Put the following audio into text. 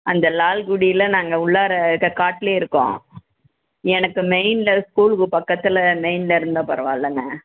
அந்த லால்குடியில் நாங்கள் உள்ளார க காட்டிலே இருக்கோம் எனக்கு மெயினில் ஸ்கூலுக்கு பக்கத்தில் மெயினில் இருந்தால் பரவாயில்லங்க